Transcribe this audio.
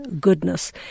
goodness